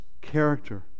character